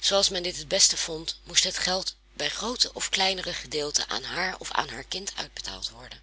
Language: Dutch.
zooals men dit het beste vond moest het geld bij grootere of kleinere gedeelten aan haar of aan haar kind uitbetaald worden